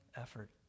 effort